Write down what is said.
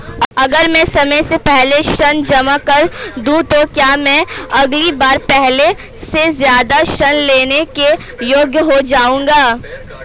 अगर मैं समय से पहले ऋण जमा कर दूं तो क्या मैं अगली बार पहले से ज़्यादा ऋण लेने के योग्य हो जाऊँगा?